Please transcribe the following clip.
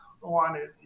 wanted